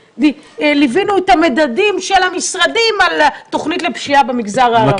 ליווינו את המדדים של המשרדים על תוכנית לפשיעה במגזר הערבי.